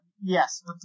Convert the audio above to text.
Yes